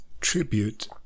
tribute